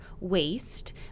waste